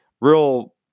real